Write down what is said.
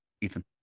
Ethan